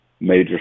Major